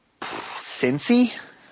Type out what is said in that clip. Cincy